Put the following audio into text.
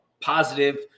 positive